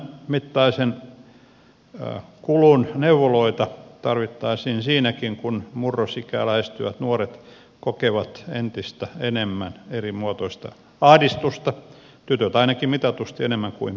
näitä elämänmittaisen kulun neuvoloita tarvittaisiin siinäkin kun murrosikää lähestyvät nuoret kokevat entistä enemmän erimuotoista ahdistusta tytöt ainakin mitatusti enemmän kuin pojat